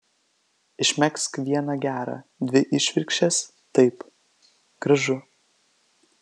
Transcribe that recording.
išmegzk vieną gerą dvi išvirkščias taip gražu